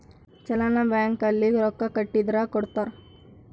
challan bank ಅಲ್ಲಿ ರೊಕ್ಕ ಕಟ್ಟಿದರ ಕೋಡ್ತಾರ